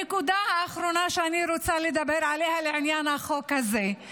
הנקודה האחרונה שאני רוצה לדבר עליה לעניין החוק הזה,